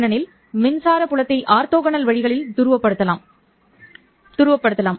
ஏனெனில் மின்சார புலத்தை ஆர்த்தோகனல் வழிகளில் துருவப்படுத்தலாம்